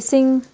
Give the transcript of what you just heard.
ꯏꯁꯤꯡ